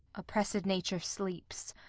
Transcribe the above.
oppressed nature sleeps.